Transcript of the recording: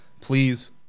please